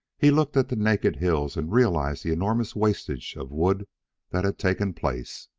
he looked at the naked hills and realized the enormous wastage of wood that had taken place.